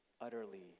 utterly